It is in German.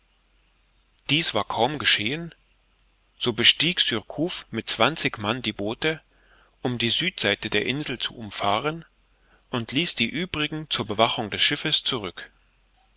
dies war kaum geschehen so bestieg surcouf mit zwanzig mann die boote um die südseite der insel zu umfahren und ließ die uebrigen zur bewachung des schiffes zurück